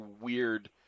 weird